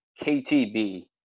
KTB